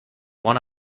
one